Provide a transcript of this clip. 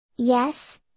Yes